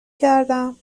کردم